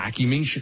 vacuuming